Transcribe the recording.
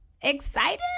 excited